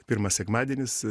pirmas sekmadienis